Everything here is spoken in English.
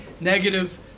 negative